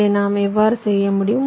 இதை நாம் எவ்வாறு செய்ய முடியும்